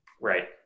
Right